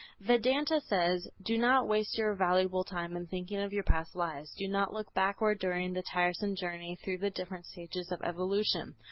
vedanta says, do not waste your valuable time in thinking of your past lives, do not look backward during the tiresome journey through the different stages of evolution,